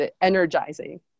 energizing